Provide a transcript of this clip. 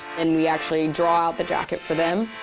and we actually draw out the jacket for them.